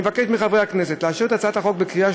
אני מבקש מחברי הכנסת לאשר את הצעת החוק בקריאה